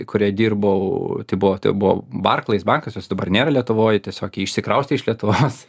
kurioj dirbau tai buvo tai buvo barclays bankas jos dabar nėra lietuvoj tiesiog ji išsikraustė iš lietuvos